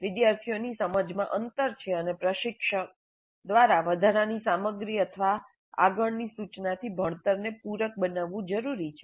વિદ્યાર્થીઓની સમજમાં અંતર છે અને પ્રશિક્ષક દ્વારા વધારાની સામગ્રી અથવા આગળની સૂચનાથી ભણતરને પૂરક બનાવવું જરૂરી છે